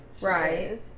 right